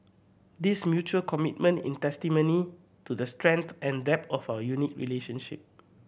this mutual commitment in testimony to the strength and depth of our unique relationship